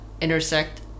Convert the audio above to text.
intersect